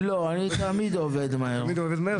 לא, אני תמיד עובד מהר.